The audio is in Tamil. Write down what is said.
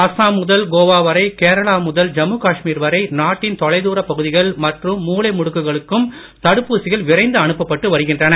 அஸ்ஸாம் முதல் கோவா வரை கேரளா முதல் ஜம்மு காஷ்மீர் வரை நாட்டின் தொலைதூரப் பகுதிகள் மற்றும் மூலை முடுக்குகளுக்கும் தடுப்பூசிகள் விரைந்து அனுப்பப்பட்டு வருகின்றன